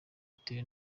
bitewe